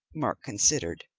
mark considered.